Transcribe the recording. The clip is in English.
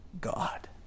God